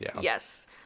Yes